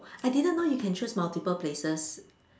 I didn't know you can choose multiple places